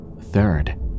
Third